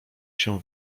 się